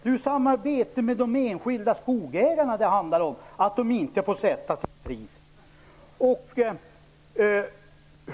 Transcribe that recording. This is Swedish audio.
Det är samarbetet med de enskilda skogsägarna det handlar om och att de inte får sätta sitt pris.